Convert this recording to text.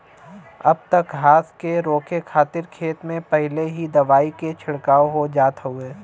अब त घास के रोके खातिर खेत में पहिले ही दवाई के छिड़काव हो जात हउवे